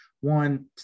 one